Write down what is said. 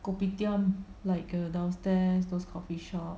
kopitiam like the downstairs those coffeeshop